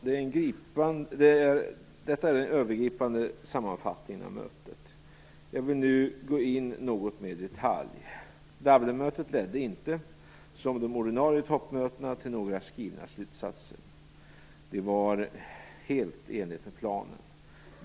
Detta är den övergripande sammanfattningen av mötet. Jag vill nu gå in något mer i detalj. Dublinmötet ledde inte, som de ordinarie toppmötena, till några skrivna slutsatser. Det var helt i enlighet med planen.